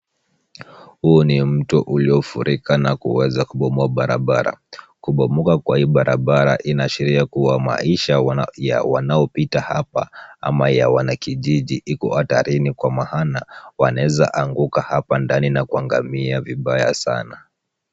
Huu ni mto uliofurika na kuweza kubomoa barabara. Kubomoka kwa hii barabara inaashiria kuwa maisha ya wanaopita hapa ama ya wanakijiji iko hatarini, kwa maana wanaweza anguka hapa ndani na kuangamia vibaya sana.